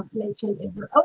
mentioned? and for